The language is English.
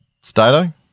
Stato